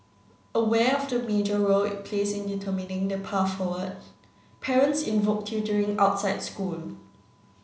aware of the major role it plays in determining the path forward parents invoke tutoring outside school